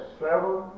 seven